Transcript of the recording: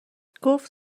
گفت